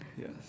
Yes